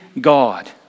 God